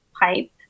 pipe